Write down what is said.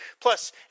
plus